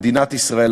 מדינת ישראל,